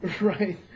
Right